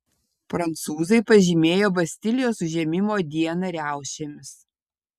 prancūzai pažymėjo bastilijos užėmimo dieną riaušėmis